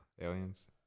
Aliens